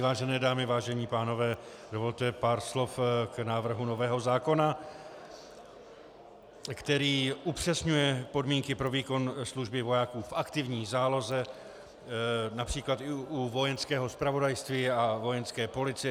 Vážené dámy, vážení pánové, dovolte pár slov k návrhu nového zákona, který upřesňuje podmínky pro výkon služby vojáků v aktivní záloze, například i u Vojenského zpravodajství a Vojenské policie.